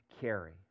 carry